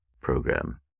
program